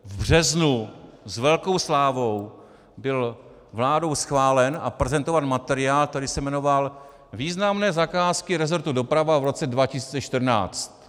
V březnu s velkou slávou byl vládou schválen a prezentován materiál, který se jmenoval Významné zakázky resortu dopravy v roce 2014.